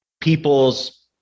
people's